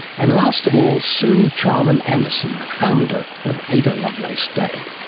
and last of all suw charman-anderson, founder of ada lovelace day.